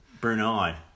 Brunei